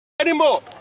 anymore